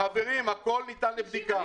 אני לא מבין.